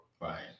Right